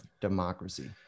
Democracy